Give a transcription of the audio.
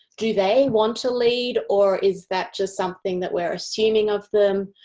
do they want to lead or is that just something that we are assuming of them?